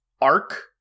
arc